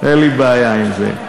אין לי בעיה עם זה.